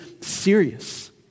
serious